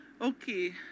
Okay